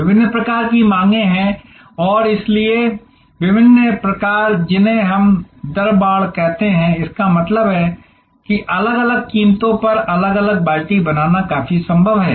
विभिन्न प्रकार की मांगें हैं और इसलिए विभिन्न प्रकार जिन्हें हम दर बाड़ कहते हैं इसका मतलब है कि अलग अलग कीमतों पर अलग अलग बाल्टी बनाना काफी संभव है